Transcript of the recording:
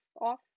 off